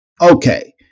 Okay